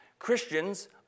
Christians